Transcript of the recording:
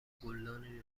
گلدانی